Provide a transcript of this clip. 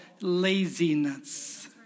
laziness